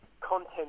content